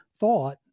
Thought